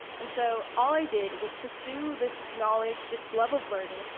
and so all i did was pursue this knowledge, this love of learning,